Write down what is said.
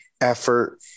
effort